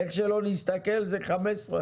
איך שלא נסתכל, זה 15?